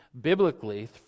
biblically